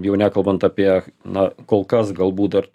jau nekalbant apie na kol kas galbūt dar